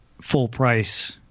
full-price